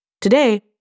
Today